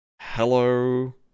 Hello